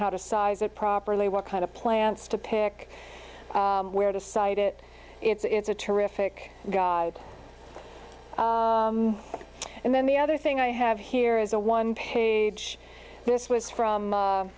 how to size it properly what kind of plants to pick where to site it it's a terrific god and then the other thing i have here is a one page this was from